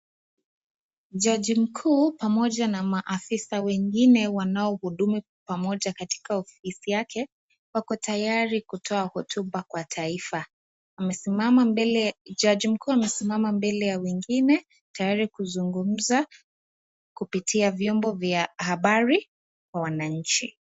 Jaji mkuu pamoja na maafisa wengine wanaohudumu kwa pamoja katika ofisi yake. Wakotayari kutoa hotuba kwa taifa, jaji mkuu amesimama mbele ya wengine tayari kuzungumuza kupitia vyombo vya habari kwa wananchi.